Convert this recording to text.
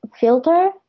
filter